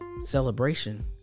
celebration